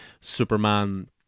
Superman